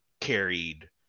carried